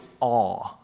awe